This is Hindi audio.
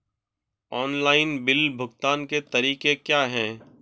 ऑनलाइन बिल भुगतान के तरीके क्या हैं?